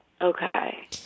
Okay